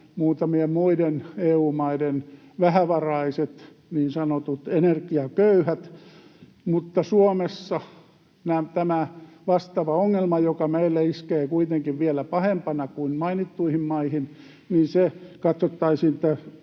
muutamien muiden EU-maiden vähävaraiset, niin sanotut energiaköyhät, mutta Suomessa tämä vastaava ongelma, joka meille iskee kuitenkin vielä pahempana kuin mainittuihin maihin, katsottaisiin niin, että